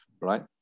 right